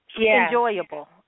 enjoyable